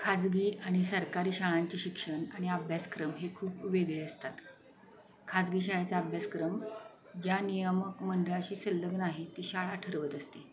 खाजगी आणि सरकारी शाळांचे शिक्षण आणि अभ्यासक्रम हे खूप वेगळे असतात खाजगी शाळेचा अभ्यासक्रम ज्या नियामक मंडळाशी संलग्न आहे ती शाळा ठरवत असते